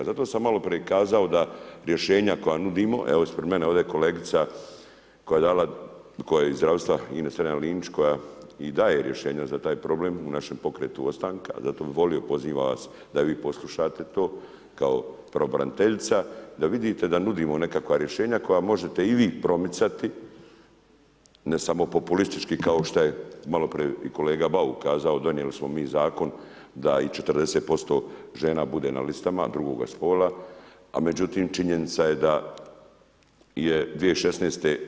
Zato sam malo prije kazao da rješenja koja nudimo, evo ispred mene ovdje kolegica koja je iz zdravstva Ines Strenja-Linić koja i daje rješenja za taj problem u našem pokretu ostanka, zato bi volio pozivam vas da i vi poslušate to kao pravobraniteljica, da vidite da nudimo nekakva rješenja koja možete i vi promicati, ne samo populistički kao što je maloprije i kolega Bauk kazao donijeli smo mi zakon da 40% žena bude na listama drugoga spola, a međutim činjenica je da je 2016.